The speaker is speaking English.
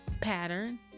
pattern